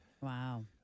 Wow